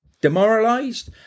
demoralized